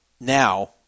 now